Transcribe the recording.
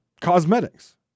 cosmetics